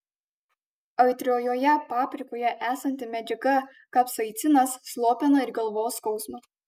aitriojoje paprikoje esanti medžiaga kapsaicinas slopina ir galvos skausmą